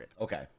Okay